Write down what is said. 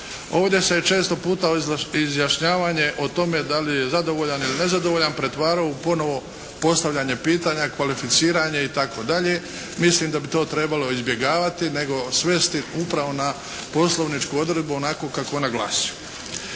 Ovdje se je često puta izjašnjavanje o tome da li je zadovoljan ili nezadovoljan pretvaralo u ponovno postavljanje pitanja, kvalificiranje itd. Mislim da bi to trebalo izbjegavati, nego svesti upravo na poslovničku odredbu onako kako ona glasi.